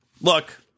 look